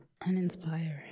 uninspiring